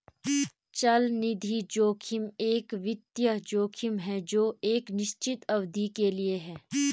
चलनिधि जोखिम एक वित्तीय जोखिम है जो एक निश्चित अवधि के लिए है